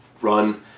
run